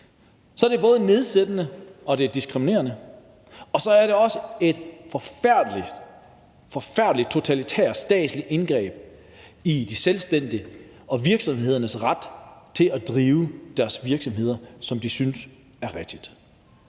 Så det er både nedsættende og diskriminerende, og det er også et forfærdelig totalitært statsligt indgreb i de selvstændiges og virksomhedernes ret til at drive deres virksomheder, som de synes er rigtigt.